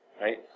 right